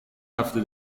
هفته